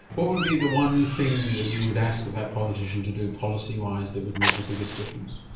what would be the one thing that you would ask of that politician to do policy wise that would make the biggest difference?